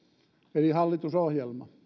eli hallitusohjelma